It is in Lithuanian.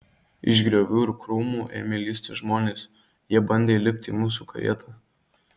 iš griovių ir krūmų ėmė lįsti žmonės jie bandė įlipti į mūsų karietą